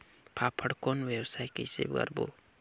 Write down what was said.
फाफण कौन व्यवसाय कइसे करबो?